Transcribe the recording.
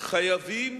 חייבים